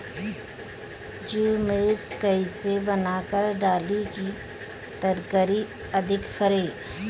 जीवमृत कईसे बनाकर डाली की तरकरी अधिक फरे?